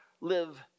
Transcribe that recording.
live